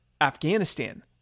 Afghanistan